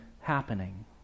happening